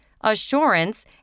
assurance